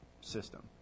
system